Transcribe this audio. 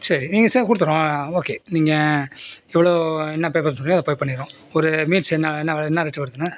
சரி நீங்கள் சே கொடுத்துடுங்க ஓகே நீங்கள் எவ்வளோ என்ன பே பண்ண சொல்கிறீங்களோ அதை பே பண்ணிடுறோம் ஒரு மீல்ஸ் என்ன என்ன வெலை என்ன ரேட் வருதுண்ண